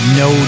no